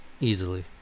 easily